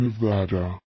Nevada